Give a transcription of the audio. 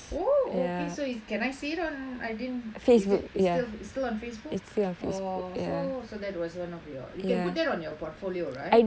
oh oh okay so is can I see it on I didn't is it is is still on facebook oh so so that was one of your you can put that on your portfolio right